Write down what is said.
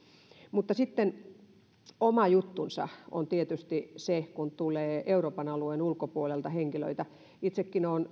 mutta sitten oma juttunsa on tietysti se kun tulee euroopan alueen ulkopuolelta henkilöitä itsekin olen